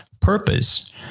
purpose